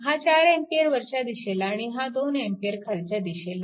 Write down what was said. हा 4A वरच्या दिशेला आणि हा 2A खालच्या दिशेला